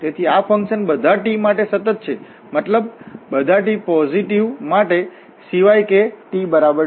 તેથી આફંકશન બધા t માટે સતત છે મતલબ બધા t પોઝિટિવ માટે સિવાય કે t બરાબર 2